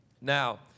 Now